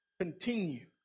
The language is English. continue